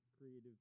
creative